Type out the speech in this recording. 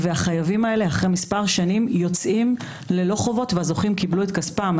והחייבים האלה אחרי כמה שנים יוצאים ללא חובות והזוכים קיבלו את כספם.